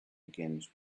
begins